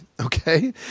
okay